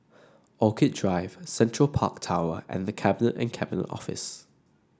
Orchid Drive Central Park Tower and The Cabinet and Cabinet Office